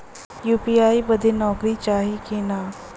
UPI बदे नौकरी चाही की ना?